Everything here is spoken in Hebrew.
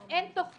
אז אין תכנית